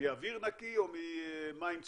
מאוויר נקי או ממים צלולים.